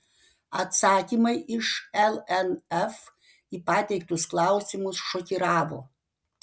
atsakymai iš lnf į pateiktus klausimus šokiravo